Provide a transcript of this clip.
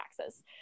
taxes